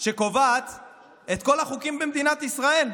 שקובעת את כל החוקים במדינת ישראל,